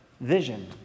vision